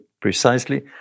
precisely